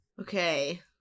okay